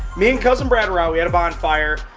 me and cousin brad were out, we had a bonfire,